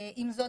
עם זאת,